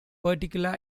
particular